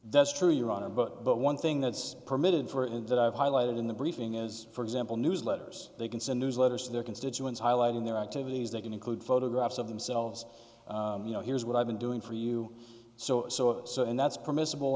that's true you're on a boat but one thing that's permitted for in that i've highlighted in the briefing is for example newsletters they can send newsletters to their constituents highlighting their activities they can include photographs of themselves you know here's what i've been doing for you so so if so and that's permissible